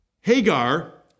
Hagar